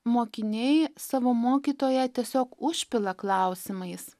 mokiniai savo mokytoją tiesiog užpila klausimais